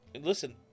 Listen